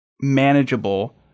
manageable